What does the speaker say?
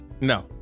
No